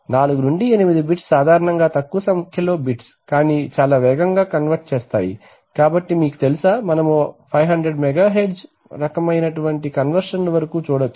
4 నుండి 8 బిట్స్ సాధారణంగా తక్కువ సంఖ్యలో బిట్స్ కానీ చాలా వేగంగా కన్వర్ట్ చేస్తాయి కాబట్టి మీకు తెలుసా మనము 500 మెగాహెర్ట్జ్ రకమైన కన్వర్షన్ లు వరకు చూడొచ్చు